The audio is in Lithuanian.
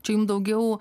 čia jum daugiau